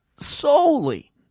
Solely